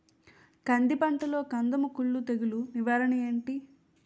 కంది పంటలో కందము కుల్లు తెగులు నివారణ ఏంటి?